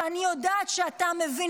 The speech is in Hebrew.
שאני יודעת שאתה מבין,